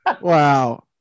Wow